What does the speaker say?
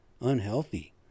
Unhealthy